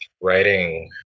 writing